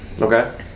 Okay